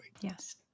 Yes